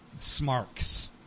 smarks